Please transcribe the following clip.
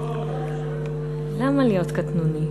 למה להיות קטנוני?